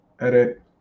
Edit